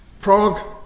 Prague